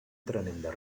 tremenda